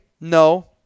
No